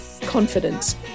confidence